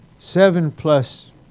Seven-plus